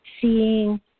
Seeing